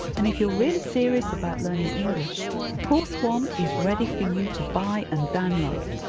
and if you're really serious about learning english course one is ready for you to buy and download.